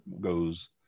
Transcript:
goes